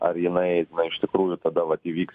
ar jinai na iš tikrųjų tada vat įvyks